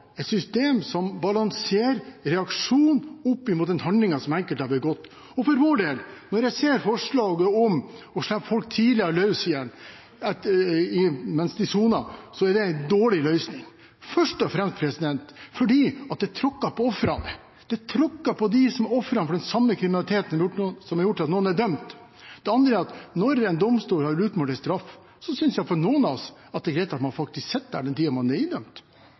et system som balanserer reaksjon opp mot den handlingen som den enkelte har begått. Og for vår del, når jeg ser forslaget om å slippe folk tidligere løs igjen mens de soner, synes vi det er en dårlig løsning, først og fremst fordi det tråkker på ofrene. Det tråkker på dem som er ofre for den samme kriminaliteten som har gjort at noen er dømt. Det andre er at når en domstol har utmålt en straff, synes i hvert fall noen av oss at det er greit at man faktisk sitter der den tiden man er idømt.